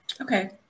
Okay